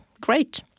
Great